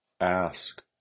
ask